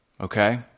Okay